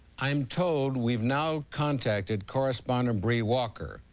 i'm told we've now contacted correspondent bree walker.